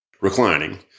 reclining